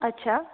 अच्छा